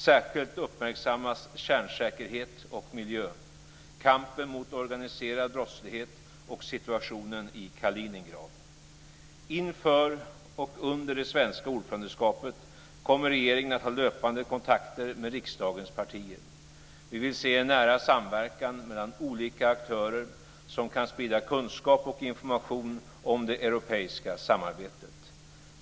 Särskilt uppmärksammas kärnsäkerhet och miljö, kampen mot organiserad brottslighet och situationen i Kaliningrad. Inför och under det svenska ordförandeskapet kommer regeringen att ha löpande kontakter med riksdagens partier. Vi vill se en nära samverkan mellan olika aktörer som kan sprida kunskap och information om det europeiska samarbetet.